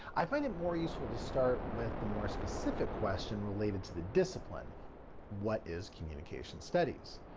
i find it more useful to start with the more specific question related to the discipline what is communication studies?